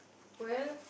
well